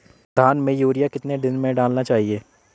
धान में यूरिया कितने दिन में डालना चाहिए?